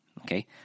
Okay